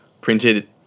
printed